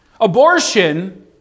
Abortion